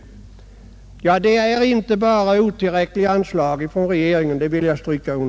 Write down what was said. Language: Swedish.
Jag vill stryka under att den inte bara beror på otillräckliga anslag från regeringen.